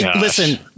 listen